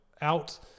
out